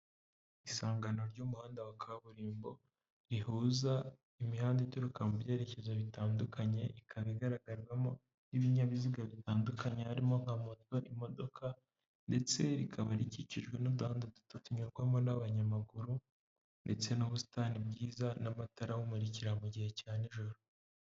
Isangano ry'umuhanda wa kaburimbo rihuza imihanda ituruka mu byerekezo bitandukanye, ikaba igaragarwamo n'ibinyabiziga bitandukanye harimo nka moto, imodoka ndetse rikaba rikikijwe n'uduhanda duto tunyurwamo n'abanyamaguru ndetse n'ubusitani bwiza n'amatara awumurikira mu gihe cya n'ijoro.